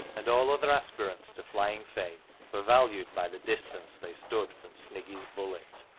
and all other aspirants to flying fame were valued by the distance they stood from sniggy's bullet.